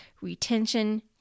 Retention